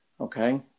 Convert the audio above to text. okay